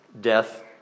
death